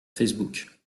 facebook